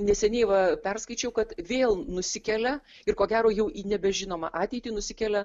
neseniai va perskaičiau kad vėl nusikelia ir ko gero jau į nebežinomą ateitį nusikelia